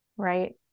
Right